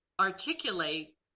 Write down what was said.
articulate